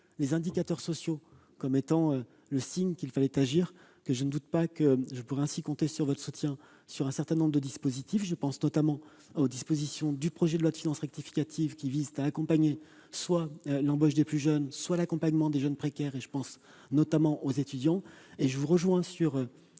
les indicateurs sociaux donnaient le signe qu'il faut agir. Je ne doute donc pas que je pourrai compter sur votre soutien sur un certain nombre de dispositifs. Je pense notamment aux dispositions du projet de loi de finances rectificative qui tendent à soutenir soit l'embauche des plus jeunes, soit l'accompagnement des jeunes précaires, en particulier des étudiants. Je vous rejoins sur